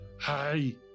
hi